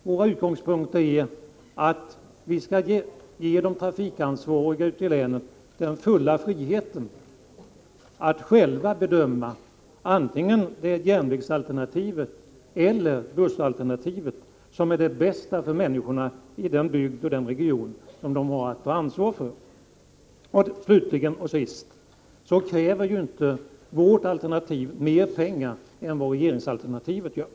Vår utgångspunkt är att vi skall ge de trafikansvariga ute i länen den fulla friheten att själva bedöma huruvida järnvägsalternativet eller bussalternativet är det bästa för människorna i den bygd och den region man har att ta ansvar för. Slutligen kräver inte vårt alternativ mer pengar än vad regeringens alternativ kräver.